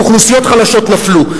ואוכלוסיות חלשות נפלו.